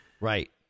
Right